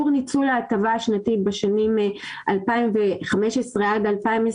ההטבה השנתי בשנים 2015 עד 2020,